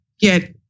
get